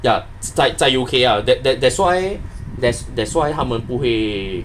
ya 在在 U_K ah that that's why that that's why 他们不会